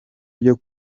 ryo